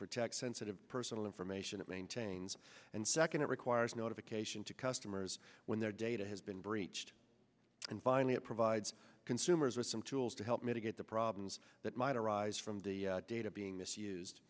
protect sensitive personal information it maintains and second it requires notification to customers when their data has been breached and finally it provides consumers with some tools to help mitigate the problems that might arise from the data being misused